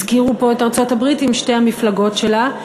הזכירו פה את ארצות-הברית עם שתי המפלגות שלה.